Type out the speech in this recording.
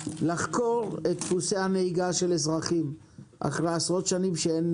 לחקור את דפוסי הנהיגה של אזרחים אחרי עשרות שנים שאין